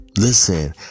Listen